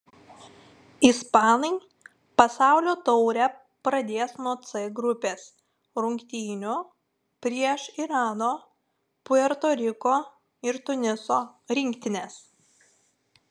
ispanai pasaulio taurę pradės nuo c grupės rungtynių prieš irano puerto riko ir tuniso rinktines